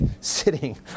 sitting